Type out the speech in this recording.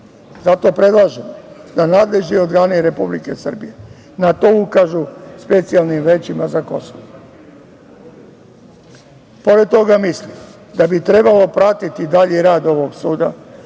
zato predlažem da nadležni organi Republike Srbije na to ukažu specijalnim većima za Kosovo. Pored toga mislim da bi trebalo pratiti dalji rad ovog suda,